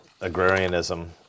agrarianism